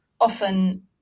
often